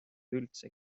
üldse